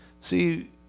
See